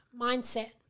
mindset